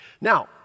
Now